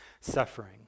suffering